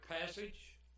passage